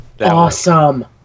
awesome